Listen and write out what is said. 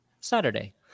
Saturday